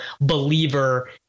believer